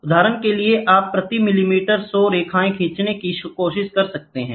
उदाहरण के लिए आप प्रति मिलीमीटर 100 रेखाएँ खींचने की कोशिश कर सकते हैं